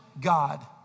God